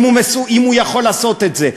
האם הוא יכול לעשות את זה.